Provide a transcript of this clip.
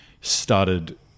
started